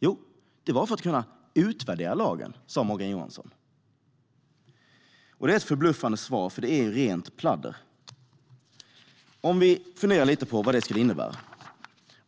sa att det var för att kunna utvärdera lagen. Det är ett förbluffande svar, för det är rent pladder. Låt oss fundera lite på vad det skulle innebära.